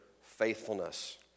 faithfulness